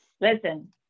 Listen